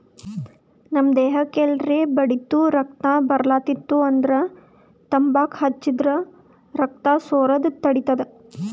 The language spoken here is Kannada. ನಮ್ ದೇಹಕ್ಕ್ ಎಲ್ರೆ ಬಡ್ದಿತ್ತು ರಕ್ತಾ ಬರ್ಲಾತಿತ್ತು ಅಂದ್ರ ತಂಬಾಕ್ ಹಚ್ಚರ್ ರಕ್ತಾ ಸೋರದ್ ತಡಿತದ್